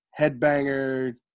headbanger